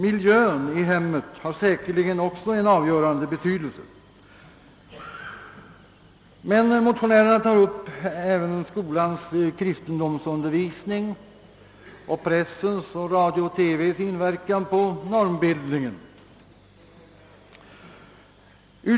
Miljön i hemmen har säker ligen också en avgörande betydelse, men motionärerna tar även upp skolans kristendomsundervisning, pressens, radions och TV:s inverkan på normbildningen.